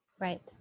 Right